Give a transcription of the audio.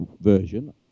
version